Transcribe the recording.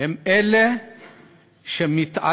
הם אלה שמתעללים